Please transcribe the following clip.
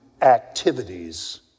activities